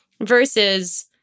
versus